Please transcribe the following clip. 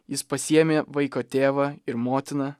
jis pasiėmė vaiko tėvą ir motiną